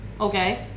Okay